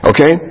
Okay